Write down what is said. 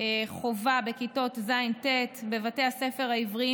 חובה בכיתות ז' ט' בבתי הספר העבריים